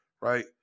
Right